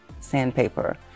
sandpaper